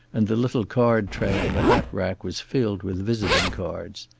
and the little card tray on the hatrack was filled with visiting cards.